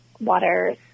Water